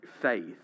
faith